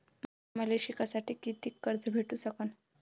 मले शिकासाठी कितीक कर्ज भेटू सकन?